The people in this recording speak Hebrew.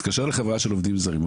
אני מתקשר לחברה של עובדים זרים,